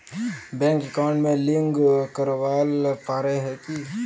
Bank account में link करावेल पारे है की?